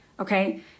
Okay